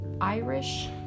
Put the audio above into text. Irish